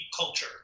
culture